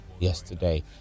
yesterday